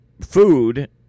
food